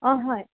অঁ হয়